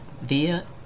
via